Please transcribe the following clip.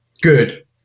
good